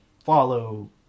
Follow